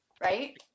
right